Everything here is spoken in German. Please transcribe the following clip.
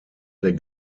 der